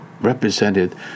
represented